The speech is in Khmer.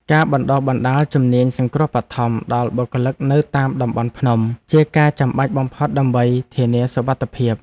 ការបណ្តុះបណ្តាលជំនាញសង្គ្រោះបឋមដល់បុគ្គលិកនៅតាមតំបន់ភ្នំជាការចាំបាច់បំផុតដើម្បីធានាសុវត្ថិភាព។